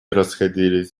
расходились